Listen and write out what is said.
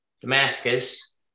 Damascus